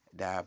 da